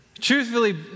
truthfully